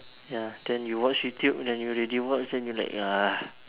ya then you watch YouTube then you already watch then you like ya